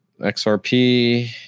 XRP